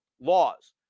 laws